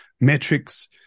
metrics